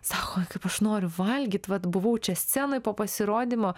sako kaip aš noriu valgyt vat buvau čia scenoj po pasirodymo